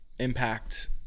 Impact